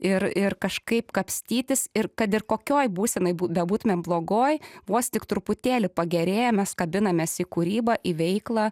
ir ir kažkaip kapstytis ir kad ir kokioj būsenoj bū bebūtumėm blogoj vos tik truputėlį pagerėja mes kabinamės į kūrybą į veiklą